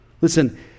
Listen